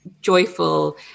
joyful